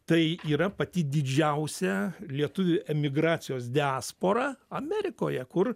tai yra pati didžiausia lietuvių emigracijos diaspora amerikoje kur